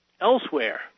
elsewhere